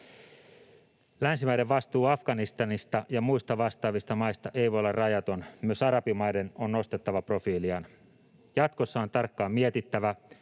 Länsimaiden vastuu Afganistanista ja muista vastaavista maista ei voi olla rajaton, myös arabimaiden on nostettava profiiliaan. Jatkossa on tarkkaan mietittävä,